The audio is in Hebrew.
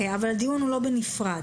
אבל הדיון לא מתקיים בנפרד.